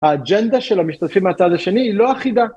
‫האג'נדה של המשתתפים ‫מהצד השני היא לא אחידה.